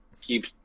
keep